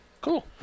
Cool